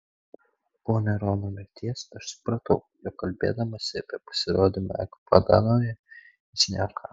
po nerono mirties aš supratau jog kalbėdamas apie pasirodymą ekbatanoje jis nejuokavo